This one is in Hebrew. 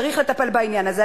צריך לטפל בעניין הזה.